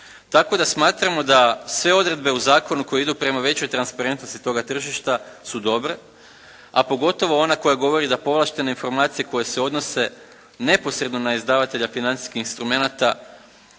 Tako da smatramo da sve odredbe u zakonu koje idu prema većoj transparentnosti toga tržišta su dobre, a pogotovo ona koja govori da povlaštene informacije koje se odnose neposredno na izdavatelja financijskih instrumenata